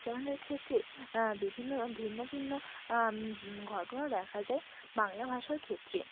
উচ্চারণের ক্ষেত্রে বিভিন্ন ভিন্ন ভিন্ন ঘটনা দেখা যায় বাংলা ভাষার ক্ষেত্রে